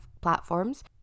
platforms